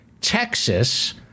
Texas